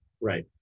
Right